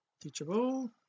teachable